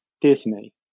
disney